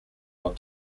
not